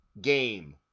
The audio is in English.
game